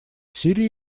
сирии